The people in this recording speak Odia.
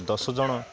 ଦଶ ଜଣ